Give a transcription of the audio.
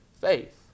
faith